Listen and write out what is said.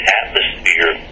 atmosphere